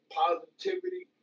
positivity